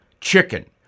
chicken